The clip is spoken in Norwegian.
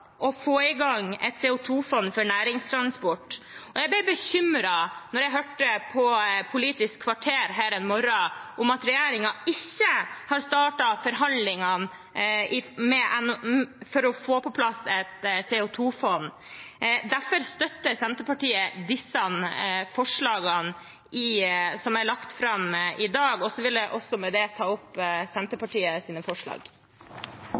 å få i gang et CO2-fond for næringstransport. Jeg ble bekymret da jeg hørte på Politisk kvarter her en morgen at regjeringen ikke har startet forhandlingene med NHO for å få på plass et CO2-fond. Derfor støtter Senterpartiet disse forslagene som er lagt fram i dag. Så vil jeg ta opp forslagene nr. 17–19. Representanten Sandra Borch har teke opp